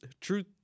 truth